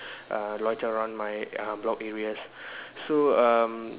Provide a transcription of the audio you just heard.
err loiter around my err block areas so um